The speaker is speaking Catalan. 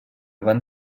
van